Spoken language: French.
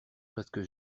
presque